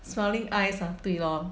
smiling eyes ah 对 lor